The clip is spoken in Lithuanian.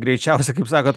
greičiausiai kaip sakot